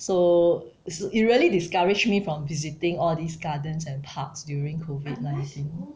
so so it really discouraged me from visiting all these gardens and parks during COVID nineteen